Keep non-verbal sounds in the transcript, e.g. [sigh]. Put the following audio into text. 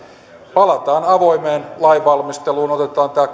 palataan avoimeen lainvalmisteluun otetaan tämä [unintelligible]